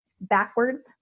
backwards